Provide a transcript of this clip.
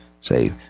say